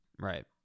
right